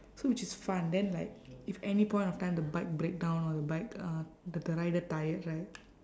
so which is fun then like if any point of time the bike break down or the bike uh the the rider tired right